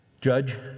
judge